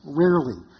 rarely